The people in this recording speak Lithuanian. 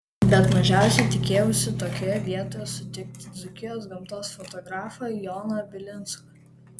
bet mažiausiai tikėjausi tokioje vietoje sutikti dzūkijos gamtos fotografą joną bilinską